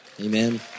Amen